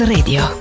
Radio